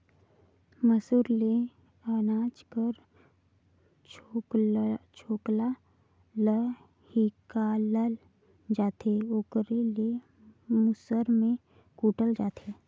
मूसर ले अनाज कर छोकला ल हिंकालल जाथे ओकरे ले मूसर में कूटल जाथे